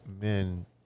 men